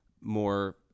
more